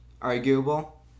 arguable